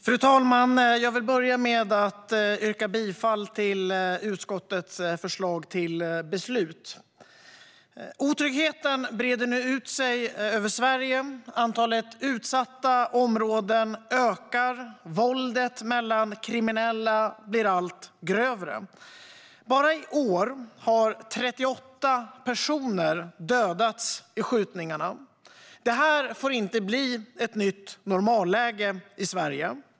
Fru talman! Jag vill börja med att yrka bifall till utskottets förslag till beslut. Otryggheten breder nu ut sig över Sverige. Antalet utsatta områden ökar, och våldet mellan kriminella blir allt grövre. Bara i år har 38 personer dödats i skjutningar. Det får inte bli ett nytt normalläge i Sverige.